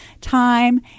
time